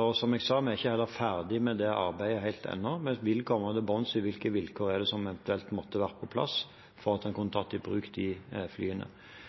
og som jeg sa, er vi heller ikke ferdig med det arbeidet helt ennå. Vi vil komme til bunns i hvilke vilkår som eventuelt måtte vært på plass for at en kunne tatt i bruk de flyene.